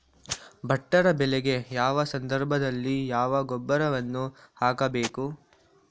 ಭತ್ತದ ಬೆಳೆಗೆ ಯಾವ ಸಂದರ್ಭದಲ್ಲಿ ಯಾವ ಗೊಬ್ಬರವನ್ನು ಹಾಕಬೇಕು?